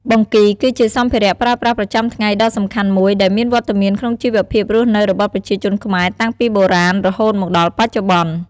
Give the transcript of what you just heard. បង្គីគឺជាសម្ភារៈប្រើប្រាស់ប្រចាំថ្ងៃដ៏សំខាន់មួយ ដែលមានវត្តមានក្នុងជីវភាពរស់នៅរបស់ប្រជាជនខ្មែរតាំងពីបុរាណរហូតមកដល់បច្ចុប្បន្ន។